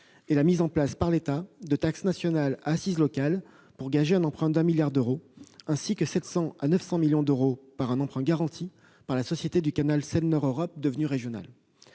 la mise en place par l'État de taxes nationales à assise locale qui permettront de gager un emprunt d'1 milliard d'euros, ainsi que 700 à 900 millions d'euros issus d'un emprunt garanti par la Société du canal Seine-Nord Europe, devenue régionale.